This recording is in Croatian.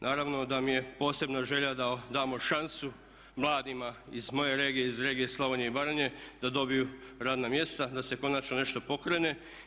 Naravno da mi je posebna želja da damo šansu mladima iz moje regije, iz regije Slavonije i Baranje da dobiju radna mjesta, da se konačno nešto pokrene.